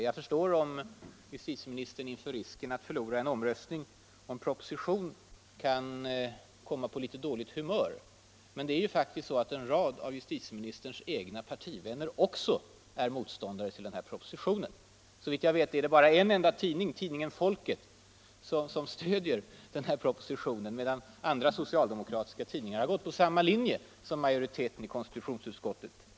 Jag förstår om justitieministern inför risken att förlora en omröstning om en proposition kan bli på litet dåligt humör. Men det är faktiskt så att en rad av justitieministerns partivänner också är motståndare till propositionen. Såvitt jag vet är det bara en enda tidning, Folket, som stöder propositionen. Andra socialdemokratiska tidningar har gått på samma linje som majoriteten i konstitutionsutskottet.